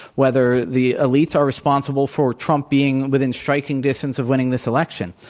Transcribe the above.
whether the elites are responsible for trump being within striking distance of winning this election.